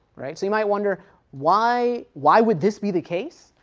so you might wonder why why would this be the case?